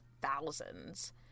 thousands